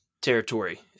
territory